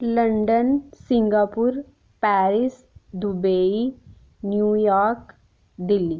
London Singapore Paris Dubai New York Delhi